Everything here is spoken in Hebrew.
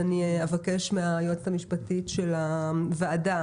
אני אבקש מהיועצת המשפטית של הוועדה